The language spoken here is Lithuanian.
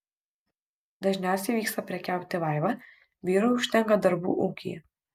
dažniausiai vyksta prekiauti vaiva vyrui užtenka darbų ūkyje